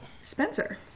Spencer